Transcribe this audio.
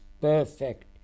perfect